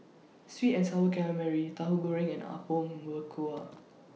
Sweet and Sour Calamari Tahu Goreng and Apom Berkuah